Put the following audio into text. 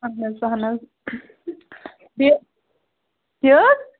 اہَن حظ اہَن حظ بیٚیہِ کیٛاہ حظ